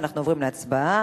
אנחנו עוברים להצבעה.